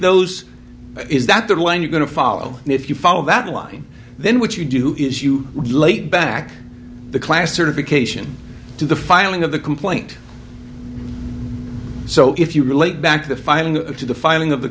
those is that the one you're going to follow and if you follow that line then what you do is you laid back the class certification to the filing of the complaint so if you relate back to the filing to the filing of the